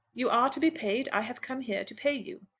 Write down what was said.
you are to be paid. i have come here to pay you.